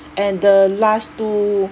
and the last two